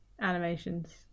animations